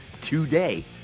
today